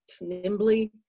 nimbly